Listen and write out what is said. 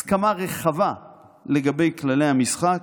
הסכמה רחבה לגבי כללי המשחק,